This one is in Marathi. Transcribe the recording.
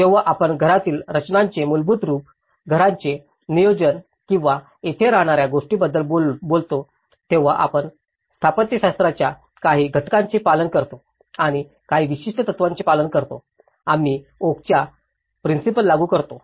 जेव्हा आपण घरातील रचनांचे मूलभूत रूप घराचे नियोजन किंवा येथे राहणा या गोष्टींबद्दल बोलतो तेव्हा आपण स्थापत्यशास्त्राच्या काही घटकांचे पालन करतो आणि काही विशिष्ट तत्त्वांचे पालन करतो आम्ही ओक च्या प्रिंसिपल लागू करू